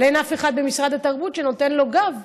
אבל אין אף אחד במשרד התרבות שנותן לו גב,